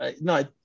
no